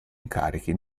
incarichi